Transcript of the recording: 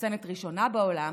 מחוסנת ראשונה בעולם,